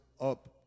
up